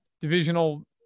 divisional